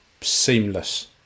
seamless